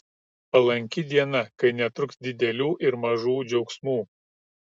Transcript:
palanki diena kai netruks didelių ir mažų džiaugsmų